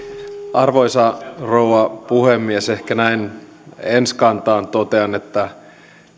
arvoisa rouva puhemies ehkä näin ensikantaan totean että